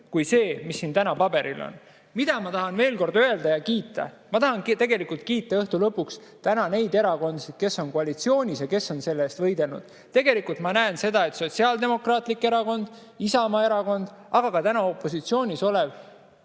kui see, mis siin täna paberil on. Mida ma tahan veel kord öelda ja keda kiita? Ma tahan kiita lõpuks neid erakondi, kes on koalitsioonis ja kes on selle eest võidelnud. Tegelikult ma näen seda, et Sotsiaaldemokraatlik Erakond, Isamaa Erakond, aga ka opositsioonis olev